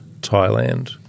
Thailand